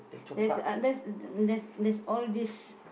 there's a there's there's all these